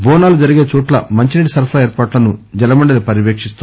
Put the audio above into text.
బోనాలు జరిగే చోట్ల మంచినీటి సరఫరా ఏర్పాట్లను జలమండలి పర్యవేకిన్తోంది